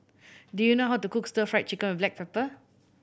do you know how to cook Stir Fried Chicken with black pepper